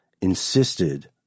insisted